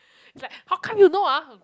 like how come you know ah